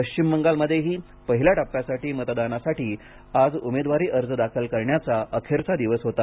पश्चिम बंगालमध्येही पहिल्या टप्प्यातील मतदानासाठी आज उमेदवारी अर्ज दाखल करण्याचा अखेरचा दिवस होता